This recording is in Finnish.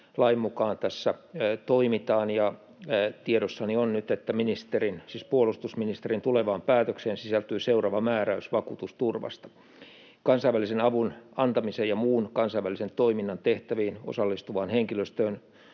lain mukaan tässä toimitaan, ja tiedossani on nyt, että ministerin, siis puolustusministerin, tulevaan päätökseen sisältyy seuraava määräys vakuutusturvasta: ”Kansainvälisen avun antamisen ja muun kansainvälisen toiminnan tehtäviin osallistuvaan henkilöstöön